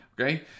Okay